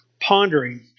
pondering